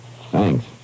Thanks